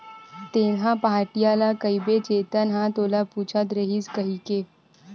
तेंहा पहाटिया ल कहिबे चेतन ह तोला पूछत रहिस हे कहिके